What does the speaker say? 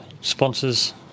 sponsor's